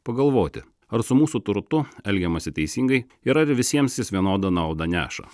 pagalvoti ar su mūsų turtu elgiamasi teisingai ir ar visiems jis vienodą naudą neša